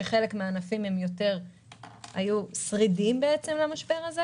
שחלק מהענפים היו יותר שרידים למשבר הזה,